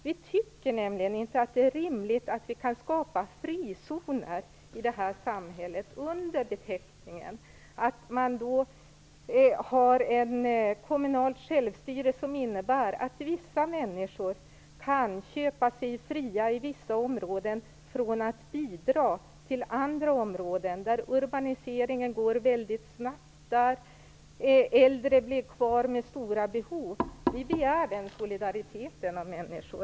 Vi tycker nämligen inte att det är rimligt att skapa frizoner i detta samhälle under beteckningen kommunalt självstyre, vilket innebär att vissa människor i vissa områden kan köpa sig fria från att bidra till andra områden, där urbaniseringen går väldigt snabbt och där äldre blir kvar med stora behov. Vi begär den solidariteten av människor.